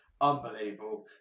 unbelievable